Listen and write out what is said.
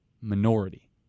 minority